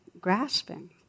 grasping